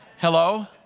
Hello